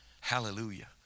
Hallelujah